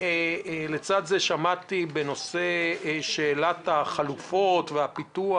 לצד זה, בנושא שאלת החלופות והפיתוח,